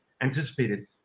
anticipated